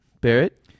Barrett